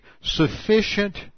sufficient